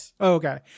Okay